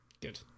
Good